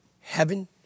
Heaven